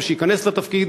ושייכנס לתפקיד,